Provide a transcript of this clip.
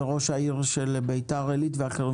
את ראש העיר ביתר עילית ואחרים.